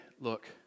look